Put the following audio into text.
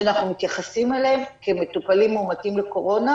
שאנחנו מתייחסים אליהם כמטופלים מאומתים לקורונה,